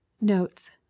Notes